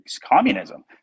communism